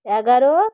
এগারো